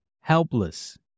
helpless